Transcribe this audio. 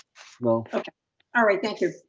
no. all right, thank you.